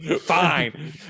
Fine